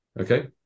Okay